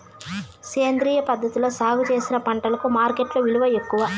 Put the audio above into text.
సేంద్రియ పద్ధతిలో సాగు చేసిన పంటలకు మార్కెట్టులో విలువ ఎక్కువ